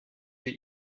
sie